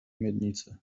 miednicy